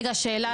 רגע, שאלה.